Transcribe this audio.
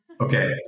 Okay